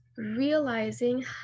Realizing